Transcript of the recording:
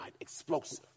explosive